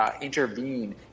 Intervene